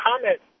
comment